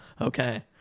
Okay